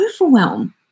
overwhelm